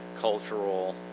cultural